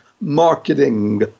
marketing